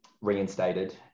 reinstated